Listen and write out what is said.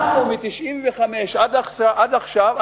אנחנו מ-1995 עד עכשיו,